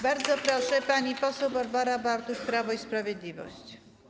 Bardzo proszę, pani poseł Barbara Bartuś, Prawo i Sprawiedliwość.